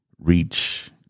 reach